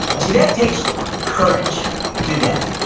and see, that takes courage to do that,